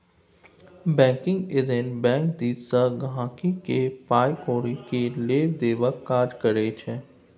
banking agent bank दिस सँ गांहिकी केर पाइ कौरी केर लेब देबक काज करै छै